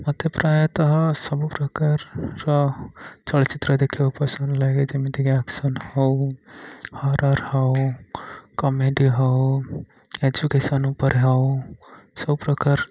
ମୋତେ ପ୍ରାୟତଃ ସବୁପ୍ରକାରର ଚଳଚ୍ଚିତ୍ର ଦେଖିବାକୁ ପସନ୍ଦ ଲାଗେ ଯେମିତିକି ଆକ୍ସନ ହେଉ ହରର ହେଉ କମେଡ଼ି ହେଉ ଏଜୁକେସନ ଉପରେ ହେଉ ସବୁପ୍ରକାର